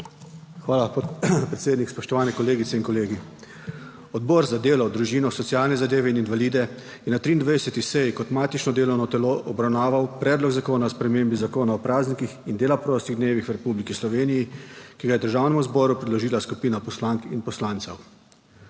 Hvala, predsednik. Spoštovani kolegice in kolegi! Odbor za delo, družino, socialne zadeve in invalide je na 23. seji kot matično delovno telo obravnaval Predlog zakona o spremembi Zakona o praznikih in dela prostih dnevih v Republiki Sloveniji, ki ga je Državnemu zboru predložila skupina poslank in poslancev.